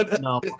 No